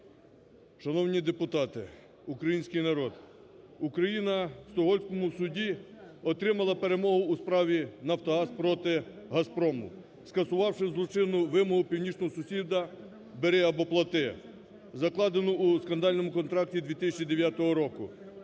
Шановні депутати! Український народ! Україна в Стокгольмському суді отримала перемогу у справі "Нафтогаз" проти "Газпрому", скасувавши злочинну вимогу північного сусіда "бери або плати", закладену у скандальному контракті 2009 року.